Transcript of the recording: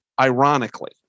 ironically